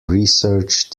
research